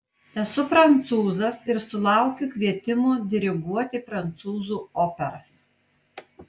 esu prancūzas ir sulaukiu kvietimų diriguoti prancūzų operas